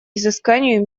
изысканию